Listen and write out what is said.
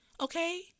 Okay